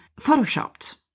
photoshopped